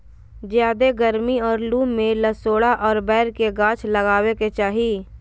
ज्यादे गरमी और लू में लसोड़ा और बैर के गाछ लगावे के चाही